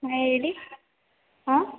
ಹಾಂ ಹೇಳಿ ಆಂ